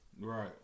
Right